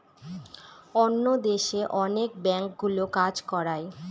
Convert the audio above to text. অন্য দেশে অনেক ব্যাঙ্কগুলো কাজ করায়